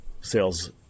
sales